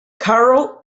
carroll